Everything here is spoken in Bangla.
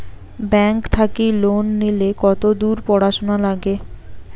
ব্যাংক থাকি লোন নিলে কতদূর পড়াশুনা নাগে?